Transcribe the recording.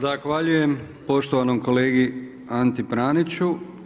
Zahvaljujem poštovanom kolegi Anti Praniću.